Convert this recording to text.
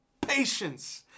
patience